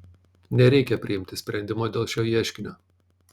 nereikia priimti sprendimo dėl šio ieškinio